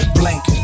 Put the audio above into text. blank